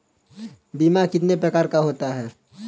बीमा कितने प्रकार का होता है?